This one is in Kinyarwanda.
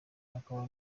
akaba